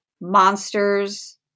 monsters